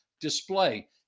display